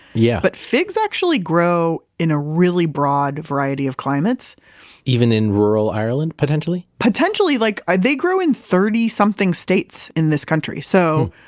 yeah but figs actually grow in a really broad variety of climates even in rural ireland, potentially? potentially. like they grow in thirty something states in this country. so,